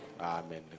Amen